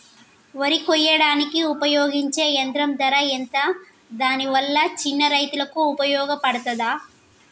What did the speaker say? వరి కొయ్యడానికి ఉపయోగించే యంత్రం ధర ఎంత దాని వల్ల చిన్న రైతులకు ఉపయోగపడుతదా?